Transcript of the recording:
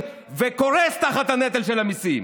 שקורס תחת הנטל של המיסים,